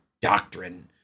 doctrine